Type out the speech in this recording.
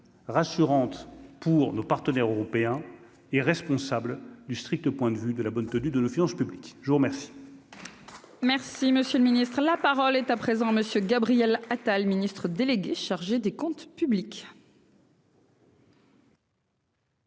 rassurante pour nos partenaires européens et responsable du strict point de vue de la bonne tenue de nos finances publiques, je vous remercie.